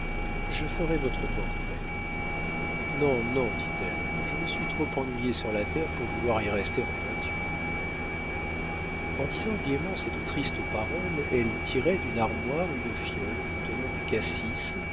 je ferai votre portrait non non dit-elle je me suis trop ennuyée sur la terre pour vouloir y rester en peinture en disant gaiement cette triste parole elle tirait d'une armoire une fiole contenant du cassis